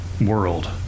world